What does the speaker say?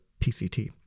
PCT